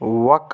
وق